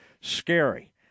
scary